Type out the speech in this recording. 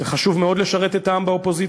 זה חשוב מאוד לשרת את העם באופוזיציה,